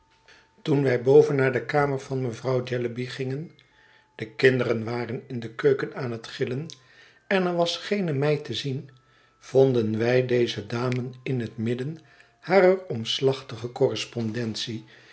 toen wij boven naar de kamer van mevrouw jellyby gingen de kinderen waren in de keuken aan het gillen en er was geene meid te zien vonden wij deze dame in het midden harer omslachtige correspondentie